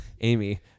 Amy